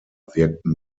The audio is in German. wirkten